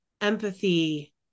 empathy